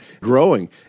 growing